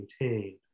maintained